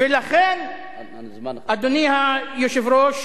לכן, אדוני היושב-ראש,